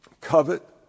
covet